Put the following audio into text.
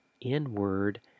inward